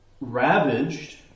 ravaged